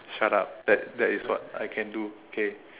shut up that that is what I can do okay